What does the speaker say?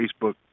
Facebook